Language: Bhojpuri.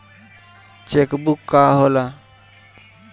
चेक बुक का होला?